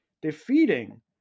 defeating